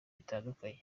bitandukanye